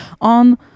on